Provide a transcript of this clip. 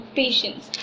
patience